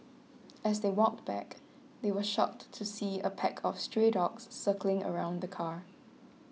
as they walked back they were shocked to see a pack of stray dogs circling around the car